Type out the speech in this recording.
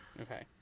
okay